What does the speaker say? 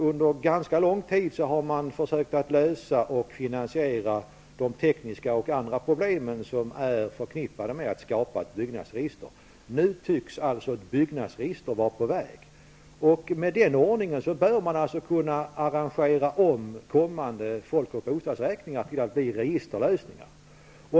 Under ganska lång tid har man försökt lösa och finansiera de tekniska och andra problem som är förknippade med att skapa ett byggnadsregister. Nu tycks alltså ett byggnadsregister vara på väg. Med den ordningen bör man kunna arrangera kommande folk och bostadsräkningar till att bli registerlösningar.